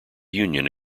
union